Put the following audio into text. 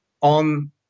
on